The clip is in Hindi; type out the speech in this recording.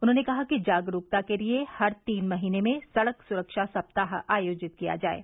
उन्होंने कहा कि जागरूकता के लिए हर तीन महीने में सड़क सुरक्षा सप्ताह आयोजित किया जाये